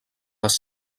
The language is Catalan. les